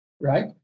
right